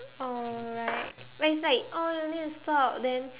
alright but it's like oh you need to stop then